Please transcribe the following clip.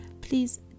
please